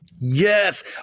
Yes